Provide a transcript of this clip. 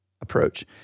approach